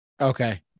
Okay